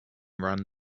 ran